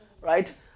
right